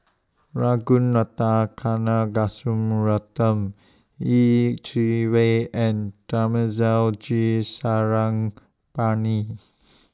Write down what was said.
Ragunathar Kanagasuntheram Yeh Chi Wei and Thamizhavel G Sarangapani